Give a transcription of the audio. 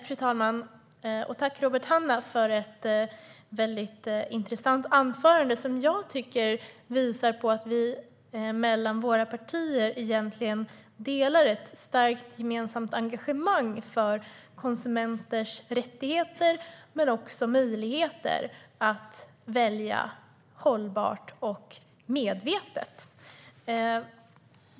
Fru talman! Tack, Robert Hannah, för ett väldigt intressant anförande! Jag tycker att det visar att våra partier delar ett starkt engagemang för konsumenters rättigheter men också deras möjligheter att välja hållbart och medvetet.